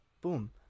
Boom